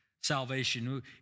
salvation